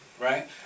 Right